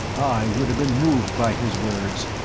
i would have been moved by his words.